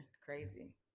Crazy